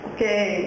Okay